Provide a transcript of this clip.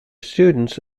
students